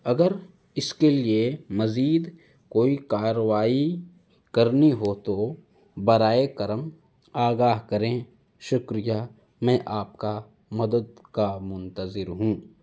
اگر اس کے لیے مزید کوئی کارروائی کرنی ہو تو براہ کرم آگاہ کریں شکریہ میں آپ کا مدد کا منتظر ہوں